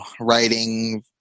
writing